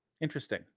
Interesting